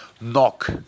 knock